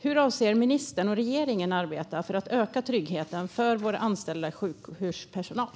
Hur avser ministern och regeringen att arbeta för att öka tryggheten för vår anställda sjukhuspersonal?